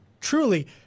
truly